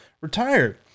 retired